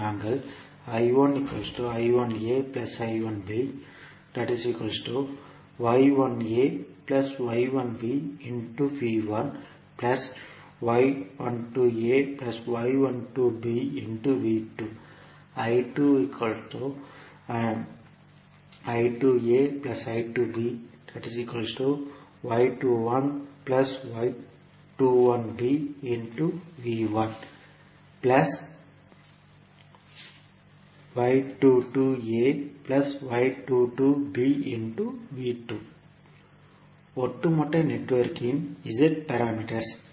நாங்கள் ஒட்டுமொத்த நெட்வொர்க்கின் z பாராமீட்டர்ஸ்